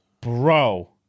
Bro